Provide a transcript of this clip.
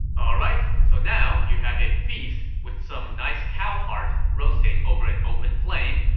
alright, so now you have a feast with some nice cow heart roasted over an open flame,